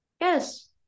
Yes